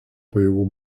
pajėgų